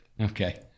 Okay